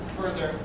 further